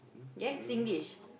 okay eh Singlish